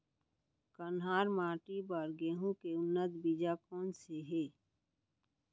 कन्हार माटी बर गेहूँ के उन्नत बीजा कोन से हे?